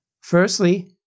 Firstly